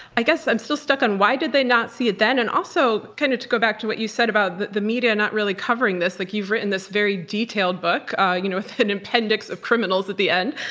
i guess i'm still stuck on why did they not see it then, and also kind of to go back to what you said about the the media not really covering this. like you've written this very detailed book ah you know with an appendix of criminals at the end.